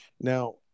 now